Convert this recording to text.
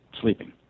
sleeping